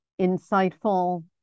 insightful